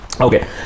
Okay